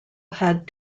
had